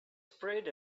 sprayed